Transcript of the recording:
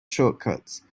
shortcuts